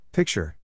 Picture